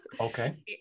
Okay